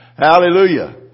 Hallelujah